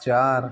चार